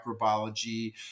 microbiology